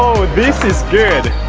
this is good!